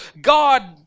God